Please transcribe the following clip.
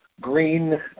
green